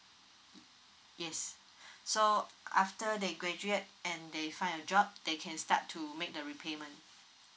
yes so after they graduate and they find a job they can start to make the repayment